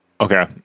Okay